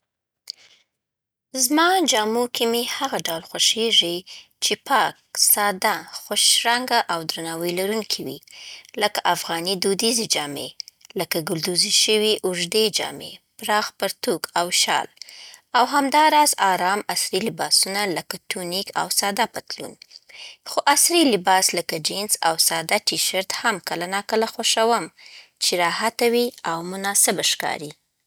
زما جامو کې مې هغه ډول خوښېږي چې پاک، ساده، خوښ‌رنګه او درناوی لرونکي وي. لکه افغاني دودیزې جامې لکه ګلدوزي شوې اوږدې جامې، پراخ پرتوګ، او شال، او همداراز ارام عصري لباسونه لکه ټونیک او ساده پتلون. خو عصري لباس لکه جینز او ساده ټي‌شرت هم کله ناکله خوښوم، چې راحت وي او مناسبه ښکاري.